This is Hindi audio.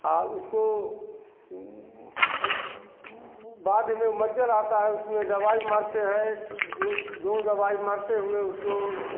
आप उसको बाद में मच्छर आता है उसमें दवाई मारते हैं दो दो दवाई मरते हुए उसको